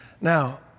Now